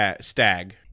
Stag